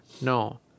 no